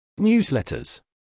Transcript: Newsletters